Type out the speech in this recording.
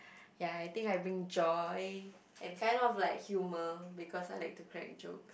ya I think I bring joy and kind of like humour because I like to crack joke